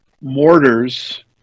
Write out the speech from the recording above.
mortars